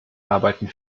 arbeiten